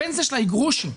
הפנסיה שלה היא גרושים.